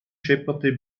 schepperte